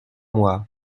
mois